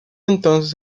entonces